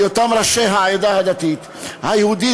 בהיותם ראשי העדה הדתית היהודית,